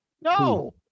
No